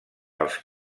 els